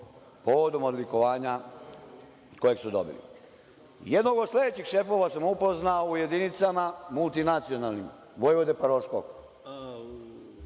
povodom odlikovanja koje su dobili. Jednog od sledećih šefova sam upoznao u jedinicama multinacionalnim vojvode Paroškog.